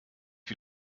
wie